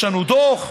יש לנו דוח.